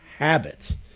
Habits